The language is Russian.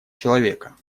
человека